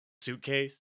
suitcase